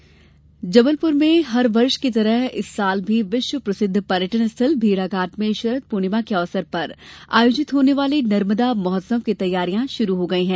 नर्मदा महोत्सव जबलपुर में हर वर्ष की तरह इस वर्ष भी विश्व प्रसिद्ध पर्यटन स्थल भेड़ाघाट में शरद पूर्णिमा के अवसर पर आयोजित होने वाले नर्मदा महोत्सव की तैयारियां शुरू हो गई है